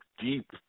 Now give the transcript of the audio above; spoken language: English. deep